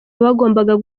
abagombaga